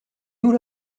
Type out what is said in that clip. nous